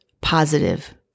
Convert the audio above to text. positive